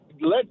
Let